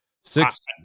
six